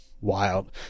wild